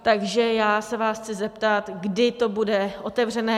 Takže se vás chci zeptat, kdy to bude otevřené?